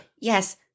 Yes